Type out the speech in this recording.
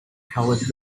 colored